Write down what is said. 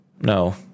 No